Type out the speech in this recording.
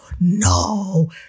No